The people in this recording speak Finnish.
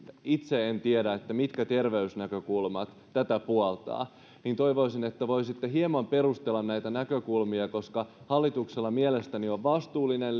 itse en tiedä mitkä terveysnäkökulmat myöskään tätä puoltavat joten toivoisin että voisitte hieman perustella näitä näkökulmia koska hallituksella mielestäni on vastuullinen